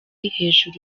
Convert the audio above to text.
hejuru